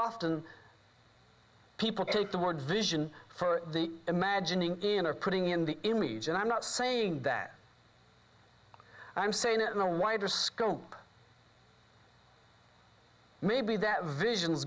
often people take the word vision for the imagining in or putting in the image and i'm not saying that i'm saying it in a wider scope maybe that visions